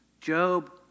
Job